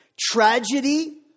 tragedy